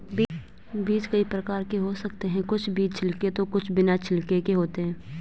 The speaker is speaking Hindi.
बीज कई प्रकार के हो सकते हैं कुछ बीज छिलके तो कुछ बिना छिलके के होते हैं